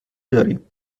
داریم